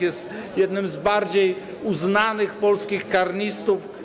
Jest jednym z bardziej uznanych polskich karnistów.